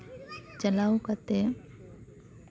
ᱪᱟᱞᱟᱣ ᱠᱟᱛᱮᱫ